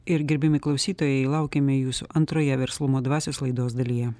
ir gerbiami klausytojai laukiame jūsų antroje verslumo dvasios laidos dalyje